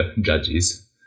judges